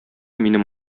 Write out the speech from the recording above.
минем